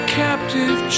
captive